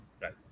Right